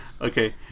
Okay